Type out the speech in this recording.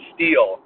Steel